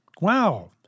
Wow